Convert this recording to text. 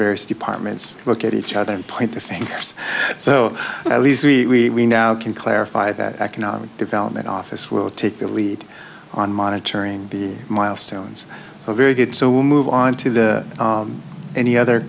various departments look at each other and point the fingers so at least we can clarify that economic development office will take the lead on monitoring the milestones are very good so we'll move on to the any other